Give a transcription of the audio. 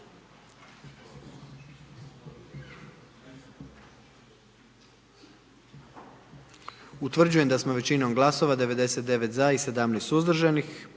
Utvrđujem da je većinom glasova 78 za i 1 suzdržan